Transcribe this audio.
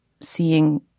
seeing